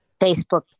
Facebook